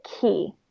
key